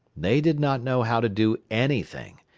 they did not know how to do anything,